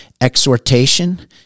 exhortation